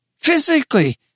Physically